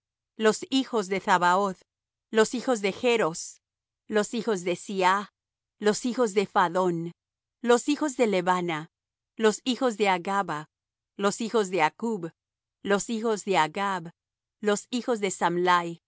los hijos de thabaoth los hijos de chros los hijos de siaa los hijos de phadón los hijos de lebana los hijos de hagaba los hijos de accub los hijos de hagab los hijos de samlai los